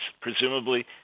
presumably